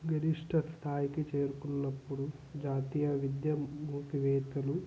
గరిష్ట స్థాయికి చేరుకున్నప్పుడు జాతీయ విద్య మూసివేతలు